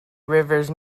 rivers